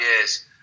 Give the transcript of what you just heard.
years